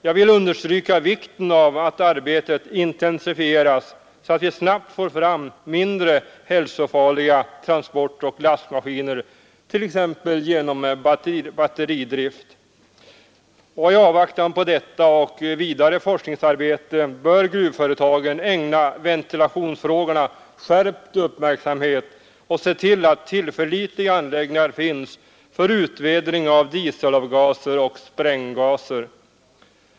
Jag vill understryka vikten av att arbetet intensifieras, så att vi snabbt får fram mindre hälsofarliga transportoch lastmaskiner, t.ex. genom batteridrift. I avvaktan på detta och vidare forskningsarbete bör gruvföretagen ägna ventilationsfrågorna skärpt uppmärksamhet och se till att tillförlitliga anläggningar finns för utvädring av dieselavgaser och spränggaser.